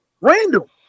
Randall